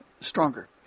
stronger